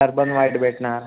urban white भेटणार